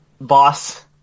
boss